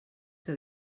que